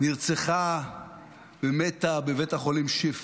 נרצחה ומתה בבית החולים שיפא,